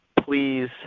Please